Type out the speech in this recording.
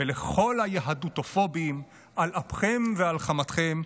ולכל היהדותופובים: על אפכם ועל חמתכם,